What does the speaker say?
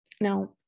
Now